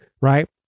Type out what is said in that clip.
right